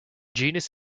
genus